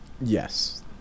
Yes